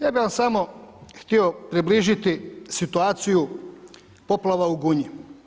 Ja bih vam samo htio približiti situaciju poplava u Gunji.